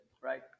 right